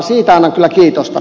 siitä annan kyllä kiitosta